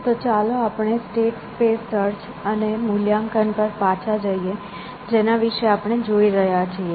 તો ચાલો આપણે સ્ટેટ સ્પેસ સર્ચ અને મૂલ્યાંકન પર પાછા જઈએ જેના વિશે આપણે જોઈ રહ્યા છીએ